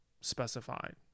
specified